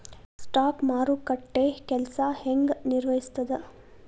stock ಮಾರುಕಟ್ಟೆ ಕೆಲ್ಸ ಹೆಂಗ ನಿರ್ವಹಿಸ್ತದ